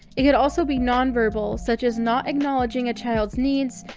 it could also be nonverbal, such as not acknowledging a child's needs,